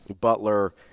Butler